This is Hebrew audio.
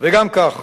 וגם כך.